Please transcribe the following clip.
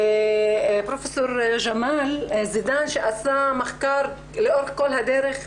ופרופ' ג'מאל זידאן, שעשה מחקר לאורך כל הדרך,